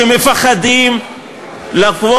שמפחדים לקום